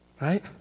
right